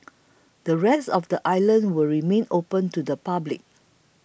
the rest of the island will remain open to the public